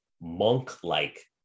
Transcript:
monk-like